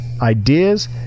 ideas